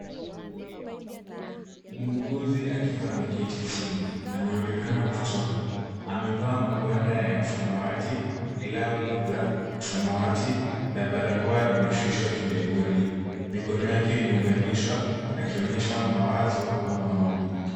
Muuguzi akiwa ameketi chini. Anaonekana kuchoka. Amevaa magwanda ya samawati, glavu za samawati, na barakoa imeshushwa kidevuni. Mikono yake imeunganishwa, akionyesha mawazo au maombi.